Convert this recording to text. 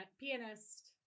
pianist